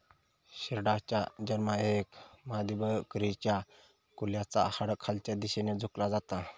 शेरडाच्या जन्मायेळेक मादीबकरीच्या कुल्याचा हाड खालच्या दिशेन झुकला जाता